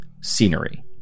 scenery